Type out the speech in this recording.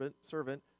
servant